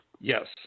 Yes